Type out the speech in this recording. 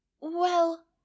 Well